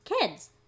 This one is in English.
kids